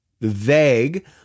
vague